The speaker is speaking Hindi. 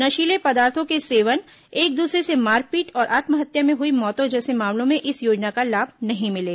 नशीले पदार्थो के सेवन एक दूसरे से मारपीट और आत्महत्या में हुई मौतों जैसे मामलों में इस योजना का लाभ नहीं मिलेगा